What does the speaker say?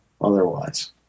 otherwise